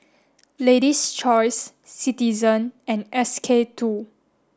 lady's Choice Citizen and S K two